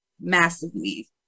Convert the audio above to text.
massively